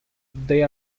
they